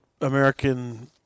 American